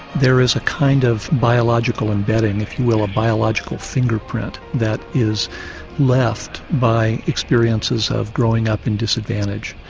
there is a kind of biological embedding if you will, a biological fingerprint that is left by experiences of growing up in disadvantage,